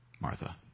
Martha